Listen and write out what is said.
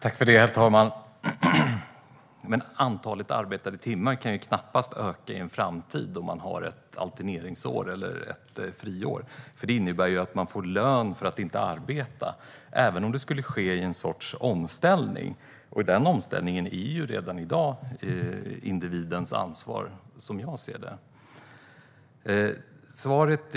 Herr talman! Antalet arbetade timmar kan knappast öka i en framtid där man har ett alterneringsår eller ett friår. Det innebär nämligen att människor får lön för att inte arbeta, även om det sker i en sorts omställning. Omställningen är ju redan i dag individens ansvar, som jag ser det.